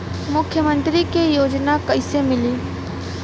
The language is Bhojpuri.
मुख्यमंत्री के योजना कइसे मिली?